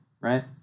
Right